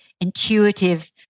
intuitive